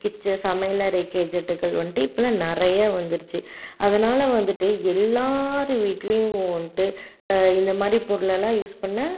kitchen சமையலறை கேஜட்டுக்கள் வந்து இப்போல்லாம் நிறைய வந்துருச்சு அதனால் வந்துட்டு எல்லார் வீட்டிலியும் வந்துட்டு இந்த மாதிரி பொருளெல்லாம் யூஸ் பண்ண